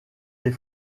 des